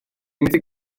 methu